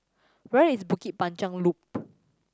where is Bukit Panjang Loop